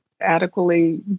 adequately